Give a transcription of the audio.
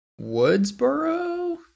Woodsboro